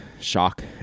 shock